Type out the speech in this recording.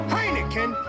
Heineken